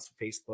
Facebook